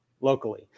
locally